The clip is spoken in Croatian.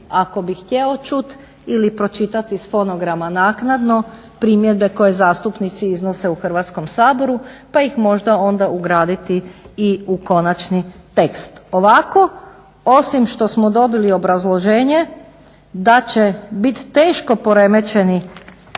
ako bi htio čuti ili pročitat iz fonograma naknadno primjedbe koje zastupnici iznose u Hrvatskom saboru pa ih možda onda ugraditi i u konačni tekst. Ovako osim što smo dobili obrazloženje da će bit teško poremećeno